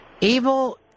Evil